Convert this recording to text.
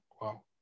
Wow